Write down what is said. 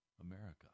America